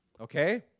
okay